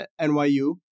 NYU